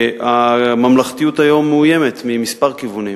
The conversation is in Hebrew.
הממלכתיות היום מאוימת מכמה כיוונים.